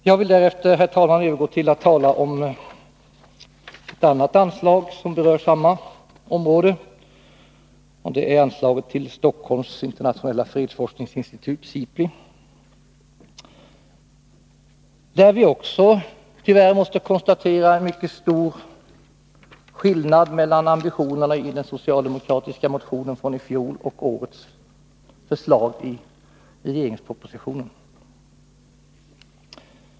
Jag vill därefter, herr talman, övergå till att tala om ett annat anslag som berör samma område, nämligen anslaget till Stockholms internationella fredsforskningsinstitut, SIPRI. Vi måste i detta sammanhang tyvärr konstatera en mycket stor skillnad mellan ambitionerna i den socialdemokratiska motionen från i fjol och årets förslag i budgetpropositionen.